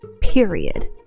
period